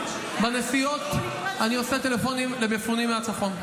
בנסיעות אני עושה טלפונים למפונים מהצפון.